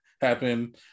happen